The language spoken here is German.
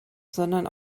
sondern